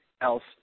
else